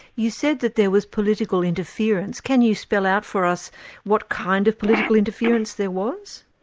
you said that there was political interference can you spell out for us what kind of political interference there was?